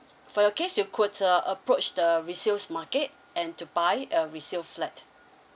for your case you could uh approach the resales market and to buy a resale flat